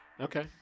Okay